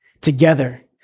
together